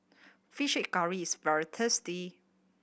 fish curry is very tasty